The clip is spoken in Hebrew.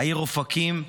העיר אופקים.